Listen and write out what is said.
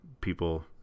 people